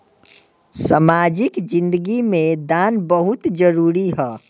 सामाजिक जिंदगी में दान बहुत जरूरी ह